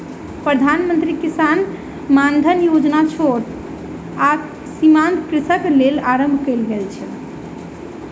प्रधान मंत्री किसान मानधन योजना छोट आ सीमांत कृषकक लेल आरम्भ कयल गेल छल